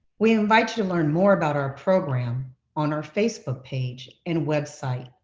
we invite you to learn more about our program on our facebook page and website.